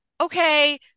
okay